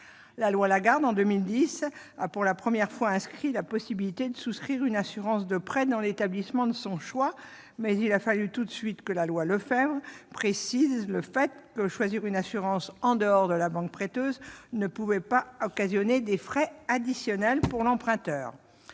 La loi Lagarde, en 2010, a pour la première fois inscrit la possibilité de souscrire une assurance de prêt dans l'établissement de son choix. Mais il a fallu tout de suite que la loi Lefèvre précise que le choix d'une assurance en dehors de la banque prêteuse ne pouvait causer de frais additionnels pour l'emprunteur.